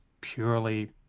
purely